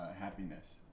happiness